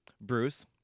Bruce